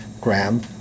gram